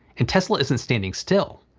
and tesla isn't standing still.